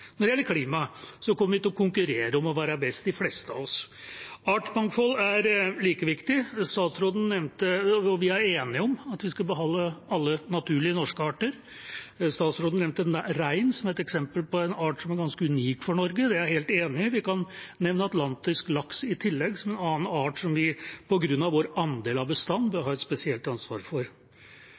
Når det gjelder klima, kommer vi til å konkurrere om å være best, de fleste av oss. Artsmangfold er like viktig. Vi er enige om at vi skal beholde alle naturlig norske arter. Statsråden nevnte reinen som et eksempel på en art som er ganske unik for Norge. Det er jeg helt enig i. Vi kan i tillegg nevne atlantisk laks som en annen art vi på grunn av vår andel av bestanden bør ha et spesielt ansvar for.